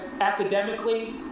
academically